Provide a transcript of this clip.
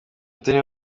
anthony